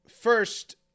first